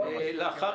לאחר